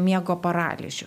miego paralyžių